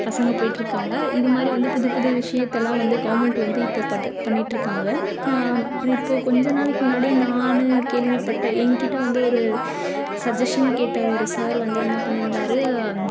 பசங்க போயிட்டுருக்காங்க இது மாதிரி வந்து புது புது விஷயத்தலாம் வந்து கவுர்மெண்ட் வந்து இப்போ பட்ட பண்ணிட்டுருக்காங்க இப்போது கொஞ்ச நாளைக்கு முன்னாடி நானு கேள்விப்பட்டேன் எங்கிட்ட வந்து ஒரு சஜ்ஜஷன் கேட்ட ஒரு சார் வந்து என்ன பண்ணிருந்தார்